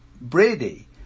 Brady